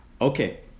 Okay